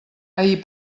ahir